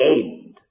end